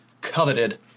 coveted